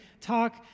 talk